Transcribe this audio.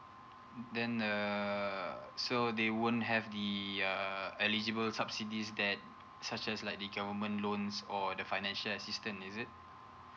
then err so they won't have the uh eligible subsidies that such as like the government loans or the financial assistance is it